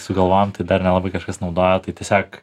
sugalvojom tai dar nelabai kažkas naudojo tai tiesiog